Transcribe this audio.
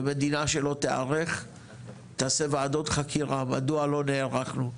ומדינה שלא תיערך תעשה ועדות חקירה מדוע לא נערכנו?